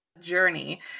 journey